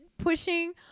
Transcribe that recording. Pushing